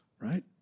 right